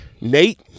Nate